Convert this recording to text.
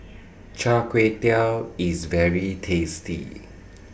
Char Kway Teow IS very tasty